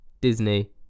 Disney